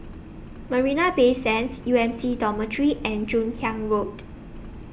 Marina Bay Sands U M C Dormitory and Joon Hiang Road